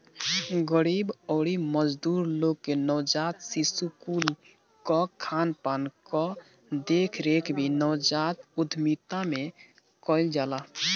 गरीब अउरी मजदूर लोग के नवजात शिशु कुल कअ खानपान कअ देखरेख भी नवजात उद्यमिता में कईल जाला